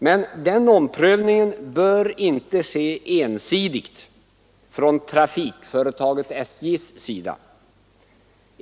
Men den omprövningen bör inte ske ensidigt från trafikföretaget SJs sida.